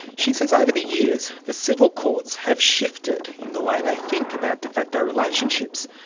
she says over the years the civil courts have shifted in the way they think about de facto relationships,